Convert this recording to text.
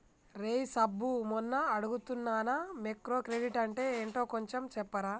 రేయ్ సబ్బు మొన్న అడుగుతున్నానా మైక్రో క్రెడిట్ అంటే ఏంటో కొంచెం చెప్పరా